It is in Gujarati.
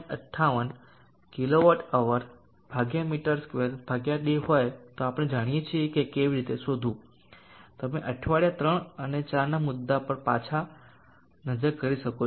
58 kWhm2day હોય તો આપણે જાણીએ છીએ કે કેવી રીતે શોધવું તમે અઠવાડિયા 3 અને 4 ના મુદ્દા પર પાછા નજર કરી શકો છો